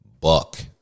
Buck